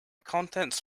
contents